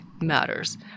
matters